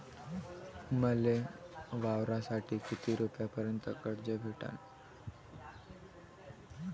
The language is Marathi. मले वावरासाठी किती रुपयापर्यंत कर्ज भेटन?